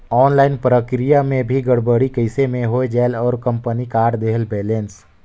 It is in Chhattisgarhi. ऑनलाइन प्रक्रिया मे भी गड़बड़ी कइसे मे हो जायेल और कंपनी काट देहेल बैलेंस?